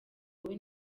wowe